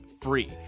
free